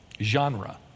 genre